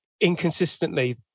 inconsistently